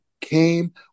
came